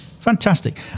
Fantastic